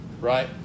right